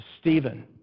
Stephen